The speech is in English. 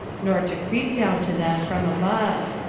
nor to creep down to them from above.